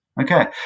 okay